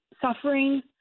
suffering